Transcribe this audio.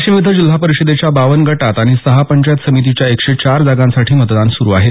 वाशीम इथं जिल्हा परिषदेच्या बावन्न गटात आणि सहा पंचायत समितींच्या एकशे चार जागांसाठी मतदान सुरू आहे